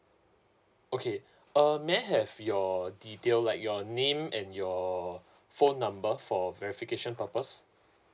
okay uh may I have your detail like your name and your phone number for verification purpose